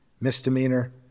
misdemeanor